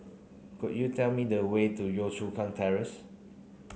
could you tell me the way to Yio Chu Kang Terrace